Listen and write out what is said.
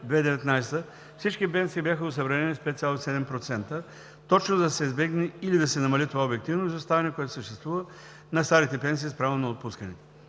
г. всички пенсии бяха осъвременени с 5,7%, точно за да се избегне или да се намали това обективно изоставане, което съществува на старите пенсии спрямо новоотпусканите.